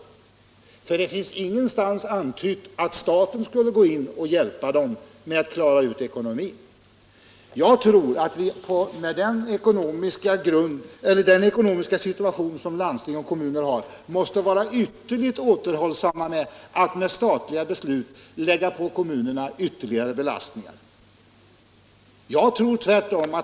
Det finns nämligen ingenstans antytt att staten skulle gå in och hjälpa dem att klara ut ekonomin. Jag tror att vi — med den ekonomiska situation som landsting och kommuner har — måste vara ytterligt återhållsamma när det gäller att med statliga beslut lägga på kommunerna ytterligare belastningar.